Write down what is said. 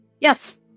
Yes